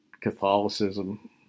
Catholicism